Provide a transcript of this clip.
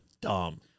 dumb